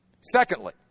Secondly